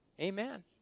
Amen